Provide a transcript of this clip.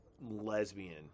lesbian